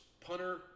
punter